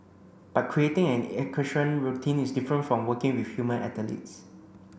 but creating an equestrian routine is different from working with human athletes